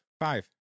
Five